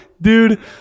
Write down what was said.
Dude